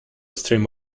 stream